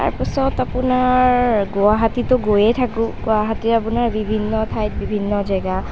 তাৰপিছত আপোনাৰ গুৱাহাটীতো গৈয়েই থাকোঁ গুৱাহাটীৰ আপোনাৰ বিভিন্ন ঠাই বিভিন্ন জেগা